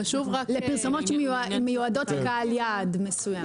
לפרסומות שמיועדות לקהל יעד מסוים.